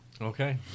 Okay